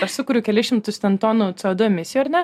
aš sukuriu kelis šimtus ten tonų co du emisijų ar ne